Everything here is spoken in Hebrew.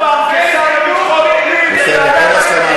אין הסכמה.